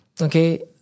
okay